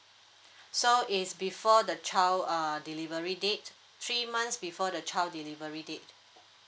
so is before the child uh delivery date three months before the child delivery date